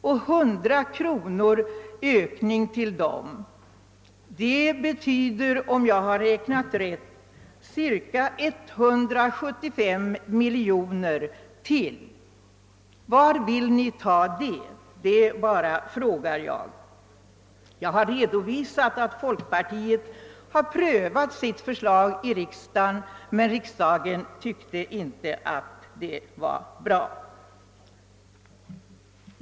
100 kronors ökning för dem betyder, om jag har räknat rätt, cirka 175 miljoner kronor. Var vill ni ta dessa pengar? Jag bara frågar! Jag har redovisat att folkpartiet har prövat sitt förslag till finansiering i riksdagen, men riksdagen tyckte inte att det var bra.